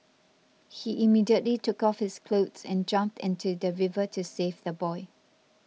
he immediately took off his clothes and jumped into the river to save the boy